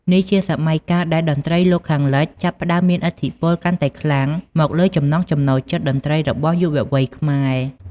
នេះជាសម័យកាលដែលតន្ត្រីលោកខាងលិចចាប់ផ្តើមមានឥទ្ធិពលកាន់តែខ្លាំងមកលើចំណង់ចំណូលចិត្តតន្ត្រីរបស់យុវវ័យខ្មែរ។